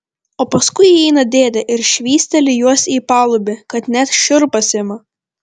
o paskui įeina dėdė ir švysteli juos į palubį kad net šiurpas ima